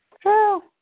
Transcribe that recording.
True